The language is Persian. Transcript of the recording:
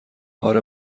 اره